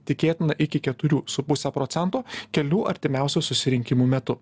tikėtina iki keturių su puse procento kelių artimiausių susirinkimų metu